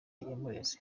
yamureze